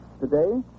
Today